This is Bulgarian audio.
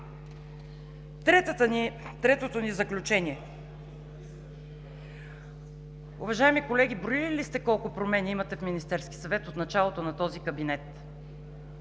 Третото ни заключение. Уважаеми колеги, броили ли сте колко промени имате в Министерския съвет от началото на този кабинет,